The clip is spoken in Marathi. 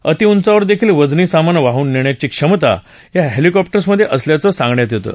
अतिउचावर देखील वजनी सामान वाहून नेण्याची क्षमता या हेलिकॉप्टर्समधे असल्याच सांगण्यात येतं